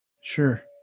Sure